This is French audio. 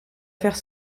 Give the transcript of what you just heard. faire